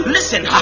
Listen